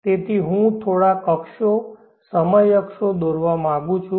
તેથી હું થોડા અક્ષો સમય અક્ષો દોરવા માંગું છું